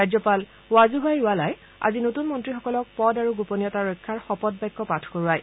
ৰাজ্যপাল ৱাজুভাই ৱালাই আজি নতুন মন্ত্ৰীসকলক পদ আৰু গোপনীয়তা ৰক্ষাৰ শপত বাক্য পাঠ কৰোৱায়